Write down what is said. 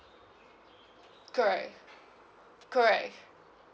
correct correct